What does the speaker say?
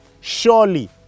surely